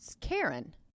Karen